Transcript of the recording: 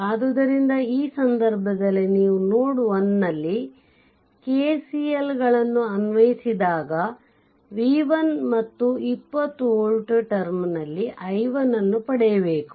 ಆದ್ದರಿಂದ ಈ ಸಂದರ್ಭದಲ್ಲಿ ನೀವು ನೋಡ್ 1 ನಲ್ಲಿ KCLಗಳನ್ನು ಅನ್ವಯಿಸಿದಾಗ v1ಮತ್ತು 20 volt ಟರ್ಮ್ ನಲ್ಲಿ i1 ಅನ್ನು ಪಡೆಯಬೇಕು